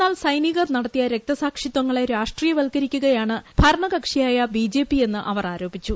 എന്നാൽ സൈനികർ നടത്തിയ രക്തസാക്ഷിത്വങ്ങളെ രാഷ്ട്രീയവത്കരിക്കുകയാണ് ഭരണകക്ഷിയായ ബിജെപിയെന്ന് അവർ ആരോപിച്ചു